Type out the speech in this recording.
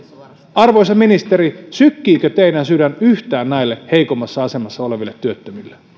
arvoisa ministeri sykkiikö teidän sydämenne yhtään näille heikoimmassa asemassa oleville työttömille